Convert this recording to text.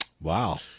Wow